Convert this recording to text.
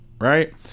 right